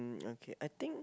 mm okay I think